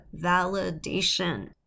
validation